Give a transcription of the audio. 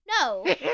No